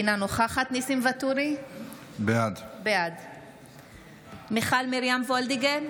אינה נוכחת ניסים ואטורי, בעד מיכל מרים וולדיגר,